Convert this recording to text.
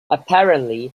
apparently